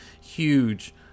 huge